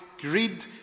greed